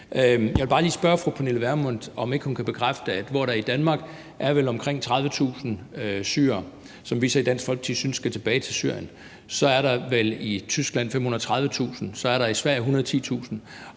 Pernille Vermund, om hun ikke kan bekræfte, at mens der i Danmark vel er omkring 30.000 syrere, som vi i Dansk Folkeparti synes skal tilbage til Syrien, er der i Tyskland vel 530.000 syrere og i Sverige 110.000,